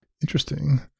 interesting